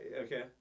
okay